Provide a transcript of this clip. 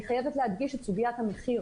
אני חייבת להדגיש את סוגית המחיר